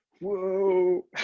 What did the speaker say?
Whoa